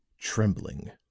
trembling